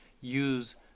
use